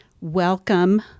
welcome